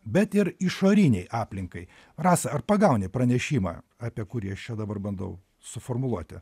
bet ir išorinei aplinkai rasa ar pagauni pranešimą apie kurį aš čia dabar bandau suformuluoti